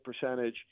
percentage